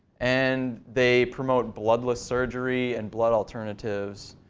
and they promote bloodless surgery and blood alternatives.